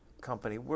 company